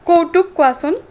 কৌতুক কোৱাচোন